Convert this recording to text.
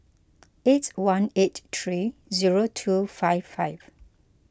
eight one eight three zero two five five